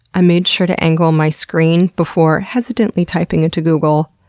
i made sure to angle my screen before hesitantly typing into google,